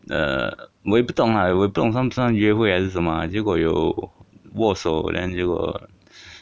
uh 我也不懂啦我也不懂算不算约会还是什么啦结果有握手 then 结果